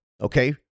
okay